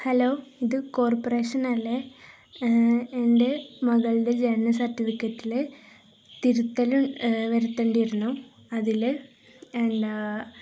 hello ഇത് കോർപ്പറേഷനല്ലേ എന്റെ മകളുടെ ജനന സർട്ടിഫിക്കറ്റില് തിരുത്തല് വരുത്തേണ്ടിയിരുന്നു അതില് എന്താണ്